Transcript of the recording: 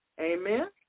Amen